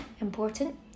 important